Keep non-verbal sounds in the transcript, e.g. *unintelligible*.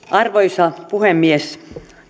*unintelligible* arvoisa puhemies